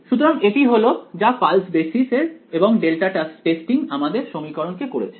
সুতরাং এটি হলো যা পালস বেসিস এবং ডেল্টা টেস্টিং আমাদের সমীকরণ কে করেছে